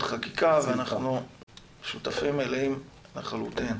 חקיקה ואנחנו שותפים מלאים לחלוטין.